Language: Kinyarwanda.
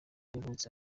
yavutse